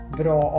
bra